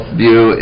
view